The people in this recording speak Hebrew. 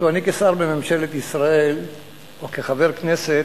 תראו, אני כשר בממשלת ישראל או כחבר כנסת,